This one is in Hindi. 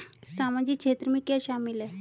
सामाजिक क्षेत्र में क्या शामिल है?